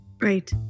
Right